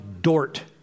Dort